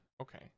okay